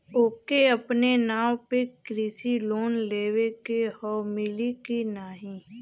ओके अपने नाव पे कृषि लोन लेवे के हव मिली की ना ही?